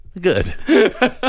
Good